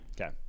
Okay